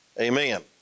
Amen